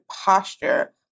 posture